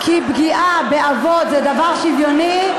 שפגיעה באבות זה דבר שוויוני,